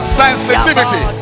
sensitivity